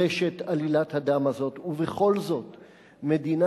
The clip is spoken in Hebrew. גם כאן,